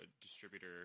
distributor